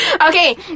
Okay